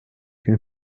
den